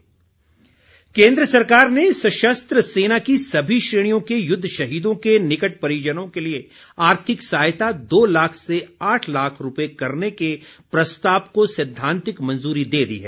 सहायता केन्द्र सरकार ने सशस्त्र सेना की सभी श्रेणियों के युद्ध शहीदों के निकट परिजनों के लिए आर्थिक सहायता दो लाख से आठ लाख रुपये करने के प्रस्ताव को सैद्वांतिक मंजूरी दे दी है